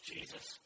Jesus